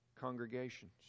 congregations